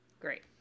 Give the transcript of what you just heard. great